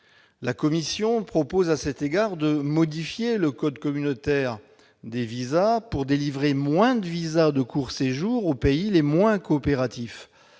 La Commission propose ainsi de modifier le code communautaire des visas afin de délivrer moins de visas de court séjour aux pays les moins coopératifs.